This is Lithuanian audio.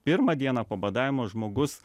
pirmą dieną po badavimo žmogus